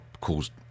caused